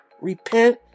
repent